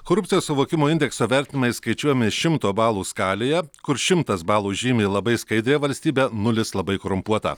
korupcijos suvokimo indekso vertinimai skaičiuojami šimto balų skalėje kur šimtas balų žymi labai skaidrią valstybę nulis labai korumpuotą